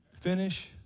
Finish